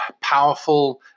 powerful